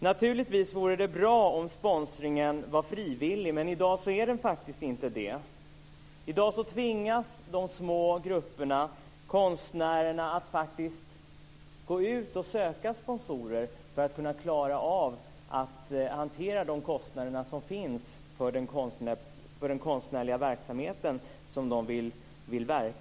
Naturligtvis vore det bra om sponsringen vore frivillig, men i dag är den faktiskt inte det. I dag tvingas de små grupperna, konstnärerna, att gå ut och söka sponsorer för att klara av att hantera kostnaderna för den konstnärliga verksamhet som de vill verka för.